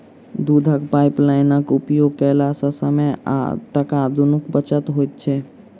दूधक पाइपलाइनक उपयोग कयला सॅ समय आ टाका दुनूक बचत होइत छै